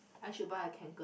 I should buy a Kanken